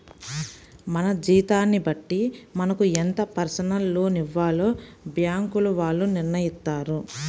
మన జీతాన్ని బట్టి మనకు ఎంత పర్సనల్ లోన్ ఇవ్వాలో బ్యేంకుల వాళ్ళు నిర్ణయిత్తారు